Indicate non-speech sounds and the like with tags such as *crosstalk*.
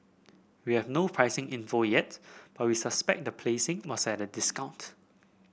we have no pricing info yet but *unintelligible* suspect the placing was at a discount